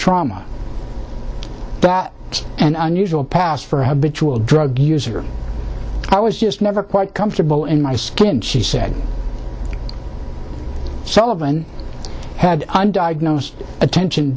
trauma that it's an unusual past for habitual drug user i was just never quite comfortable in my skin she said sullivan had diagnosed attention